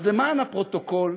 אז למען הפרוטוקול,